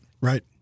Right